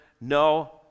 No